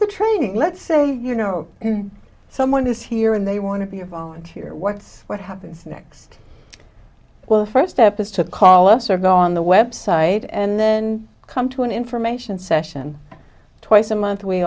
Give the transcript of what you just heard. the training let's say you know someone is here and they want to be a volunteer what's what happens next well first up is to call us or gone the website and then come to an information session twice a month w